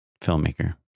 filmmaker